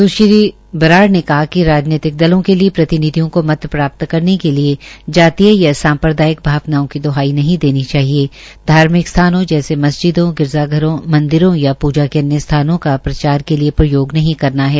सुश्री बराड़ ने कहा कि राजनैतिक दलों के प्रतिनिधियों को मत प्राप्त करने के लिए जातीय या सम्प्रदायिक भावनाओं की द्हाई नहीं दी जानी चाहिए धार्मिक स्थानों जैसे मस्जिदों गिरजाघरों मंदिरों या प्जा के अन्य स्थानों का निर्वाचन प्रचार के लिए प्रयोग नहीं करना है